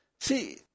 See